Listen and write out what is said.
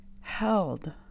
held